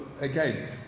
again